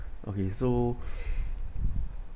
okay so